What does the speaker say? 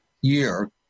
year